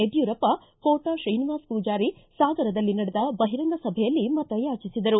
ಯಡ್ಕೂರಪ್ಪ ಕೋಟಾ ಶ್ರೀನಿವಾಸ ಪೂಜಾರಿ ಸಾಗರದಲ್ಲಿ ನಡೆದ ಬಹಿರಂಗ ಸಭೆಯಲ್ಲಿ ಮತಯಾಚಿಸಿದರು